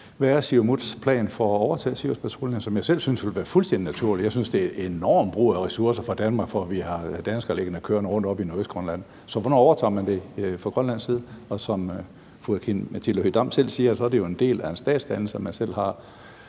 hvad er Siumuts plan for at overtage Siriuspatruljen? Det er noget, som jeg selv synes ville være fuldstændig naturligt. Jeg synes, det er en enorm brug af ressourcer fra dansk side at have danskere liggende kørende oppe i Nordøstgrønland. Så hvornår overtager man det fra grønlandsk side? Som fru Aki-Matilda Høegh-Dam selv siger, er det jo en del af en statsdannelse, at man selv har